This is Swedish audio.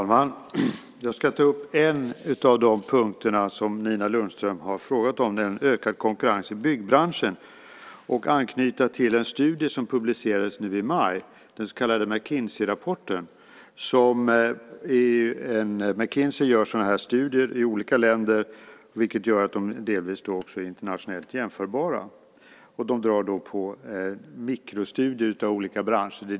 Fru talman! Jag ska ta upp en av de punkter som Nina Lundström har frågat om, nämligen ökad konkurrens i byggbranschen, och anknyta till en studie som publicerades nu i maj, den så kallade McKinseyrapporten. McKinsey gör sådana här studier i olika länder, vilket gör att resultaten delvis blir internationellt jämförbara. De gör mikrostudier av olika branscher.